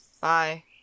Bye